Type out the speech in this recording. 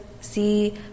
see